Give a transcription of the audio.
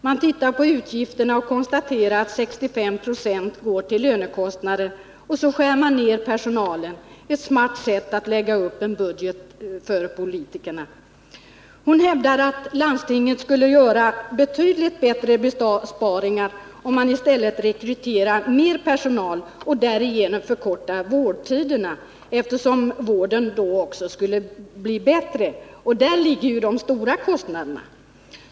Man tittar på utgifterna och konstaterar att 65 96 går till lönekostnader. Så skär man ner personalen. Ett smart sätt att lägga upp budgeten — för politikerna. Den här sjuksköterskan hävdar att landstinget skulle göra betydligt större besparingar om man i stället rekryterar mer personal och därigenom förkortar vårdtiderna, eftersom vården då också skulle bli bättre.